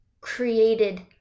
created